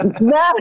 No